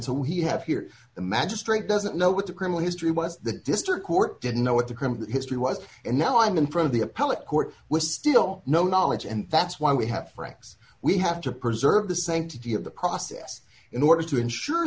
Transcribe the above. he had here the magistrate doesn't know what the criminal history was the district court didn't know what the criminal history was and now i'm in front of the appellate court with still no knowledge and that's why we have franks we have to preserve the sanctity of the process in order to ensure